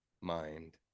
mind